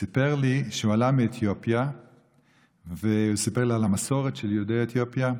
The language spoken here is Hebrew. סיפר לי שהוא עלה מאתיופיה וסיפר לי על המסורת של יהודי אתיופיה.